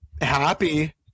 happy